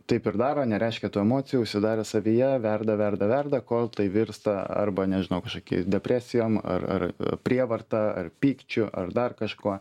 taip ir daro nereiškia tų emocijų užsidarę savyje verda verda verda kol tai virsta arba nežinau kažkoki depresijom ar ar prievarta ar pykčiu ar dar kažkuo